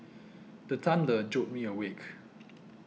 the thunder jolt me awake